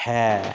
ਹੈ